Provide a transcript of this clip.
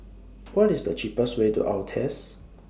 What IS The cheapest Way to Altez